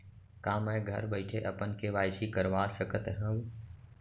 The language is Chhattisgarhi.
का मैं घर बइठे अपन के.वाई.सी करवा सकत हव?